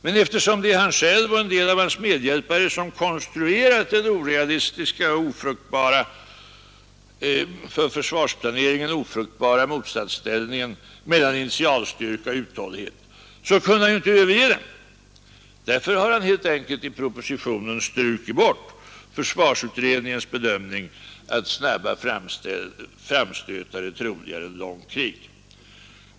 Men eftersom det är han själv och en del av hans medhjälpare som har konstruerat den orealistiska och för försvarsplaneringen ofruktbara motsatsställningen mellan initial styrka och uthållighet kunde han ju inte överge den. Därför har han helt — Nr 91 enkelt i propositionen strukit försvarsutredningens bedömning att snabba Måndagen den framstötar är troligare än långt krig.